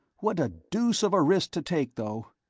what a deuce of a risk to take though!